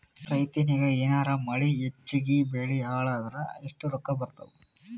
ರೈತನಿಗ ಏನಾರ ಮಳಿ ಹೆಚ್ಚಾಗಿಬೆಳಿ ಹಾಳಾದರ ಎಷ್ಟುರೊಕ್ಕಾ ಬರತ್ತಾವ?